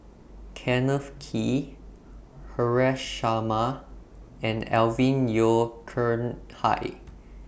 Kenneth Kee Haresh Sharma and Alvin Yeo Khirn Hai